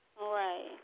Right